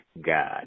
God